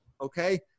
Okay